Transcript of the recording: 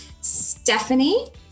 Stephanie